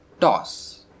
Toss